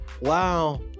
Wow